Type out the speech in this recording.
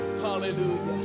Hallelujah